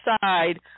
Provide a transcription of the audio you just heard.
side